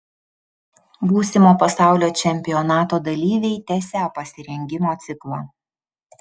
būsimo pasaulio čempionato dalyviai tęsią pasirengimo ciklą